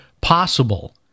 possible